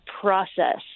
process